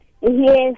Yes